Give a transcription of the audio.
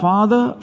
Father